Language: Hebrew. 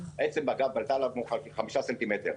העצם בגב בלטה לה 5 ס"מ.